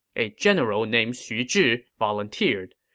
a general named xu zhi volunteered.